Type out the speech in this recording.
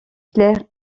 claire